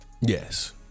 Yes